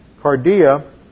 cardia